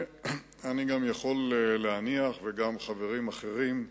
אני גם יכול להניח, וגם חברים אחרים,